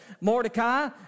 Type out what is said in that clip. Mordecai